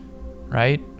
right